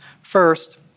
First